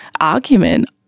argument